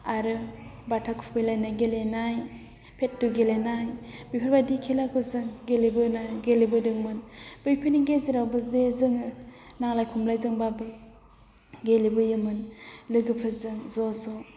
आरो बाथा खुबैलायनाय गेलेनाय फेथ्थु गेलेनाय बेफोरबायदि खेलाखौ जों गेलेबोनाय गेलेबोदोंमोन बैफोरनि गेजेरावबो जे जोङो नांलाय खमलायजोंब्लाबो गेलेबोयोमोन लोगोफोरजों ज' ज'